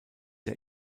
der